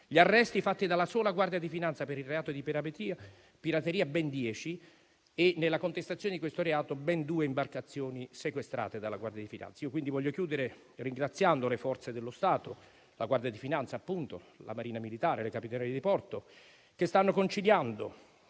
gli arresti fatti dalla sola Guardia di finanza per il reato di pirateria sono ben dieci, e nella contestazione di questo reato ben due imbarcazioni sono state sequestrate dalla Guardia di finanza. Voglio chiudere ringraziando le forze dello Stato, la Guardia di finanza, la Marina militare, le Capitanerie di porto, che stanno conciliando,